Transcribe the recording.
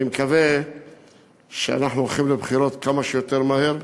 אני מקווה שאנחנו הולכים לבחירות כמה שיותר מהר,